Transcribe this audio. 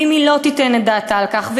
ואם היא לא תיתן את דעתה על כך,